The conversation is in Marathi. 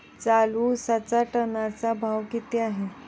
चालू उसाचा टनाचा भाव किती आहे?